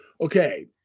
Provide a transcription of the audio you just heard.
Okay